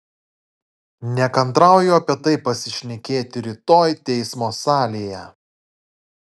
nekantrauju apie tai pasišnekėti rytoj teismo salėje